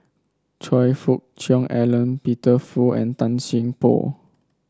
Choe Fook Cheong Alan Peter Fu and Tan Seng Poh